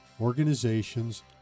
organizations